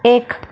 एक